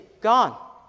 gone